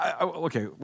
okay